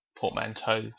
portmanteau